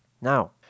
Now